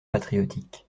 patriotiques